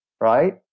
right